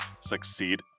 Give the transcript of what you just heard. succeed